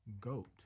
goat